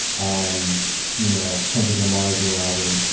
um you know, kendrick's um new album,